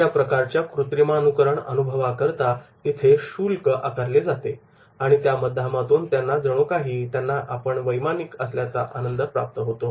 अशा प्रकारच्या कृत्रिमानुकरण अनुभवाकरता तिथे शुल्क आकारले जाते आणि त्या माध्यमातून त्यांना जणू काही त्यांना आपण वैमानिक असण्याचा आनंद प्राप्त होतो